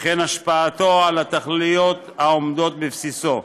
וכן השפעתו על התכליות העומדות בבסיסו.